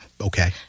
Okay